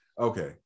okay